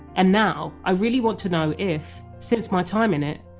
and now, i really want to know if since my time in it,